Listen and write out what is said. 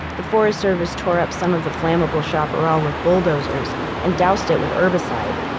the forest service tore up some of the flammable chaparral with bulldozers and doused it with herbicide,